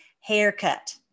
haircut